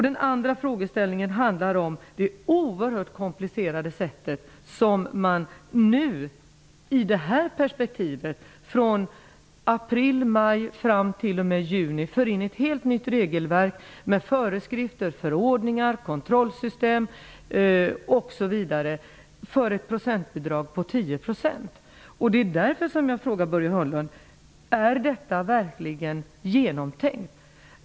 Den andra frågeställningen handlar om det oerhört komplicerade i att man i det här perspektivet, från april/maj fram t.o.m. juni, för in ett helt nytt regelverk med föreskrifter, förordningar, kontrollsystem osv. för ett bidrag på 10 %. Det är därför som jag frågar Börje Hörnlund om detta verkligen är genomtänkt.